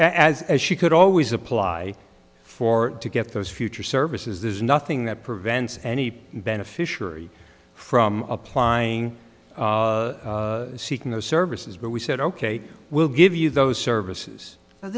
as as she could always apply for to get those future services there's nothing that prevents any beneficiary from applying seeking those services but we said ok we'll give you those services